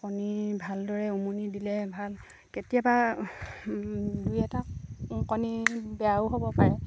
কণী ভালদৰে উমনি দিলে ভাল কেতিয়াবা দুই এটা কণী বেয়াও হ'ব পাৰে